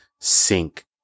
sink